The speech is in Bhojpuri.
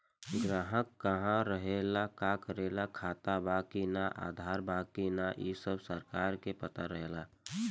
ग्राहक कहा रहेला, का करेला, खाता बा कि ना, आधार बा कि ना इ सब सरकार के पता रहेला